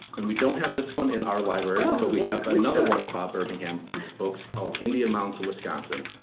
and we don't have this one in our libraries but we have and another one of bob birmingham's books called indian mounds of wisconsin.